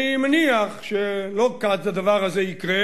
אני מניח שלא כדבר הזה יקרה,